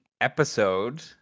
episode